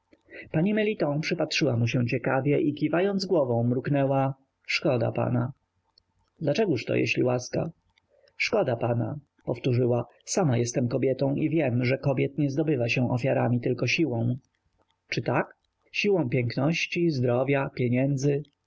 kupca spytał pani meliton przypatrzyła mu się ciekawie i kiwając głową mruknęła szkoda pana dlaczegoż-to jeżeli łaska szkoda pana powtórzyła sama jestem kobietą i wiem że kobiet nie zdobywa się ofiarami tylko siłą czy tak siłą piękności zdrowia pieniędzy